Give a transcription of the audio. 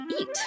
eat